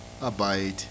abide